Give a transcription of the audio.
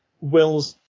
wills